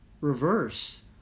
reverse